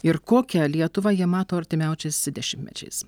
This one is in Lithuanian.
ir kokią lietuvą jie mato artimiausiais dešimtmečiais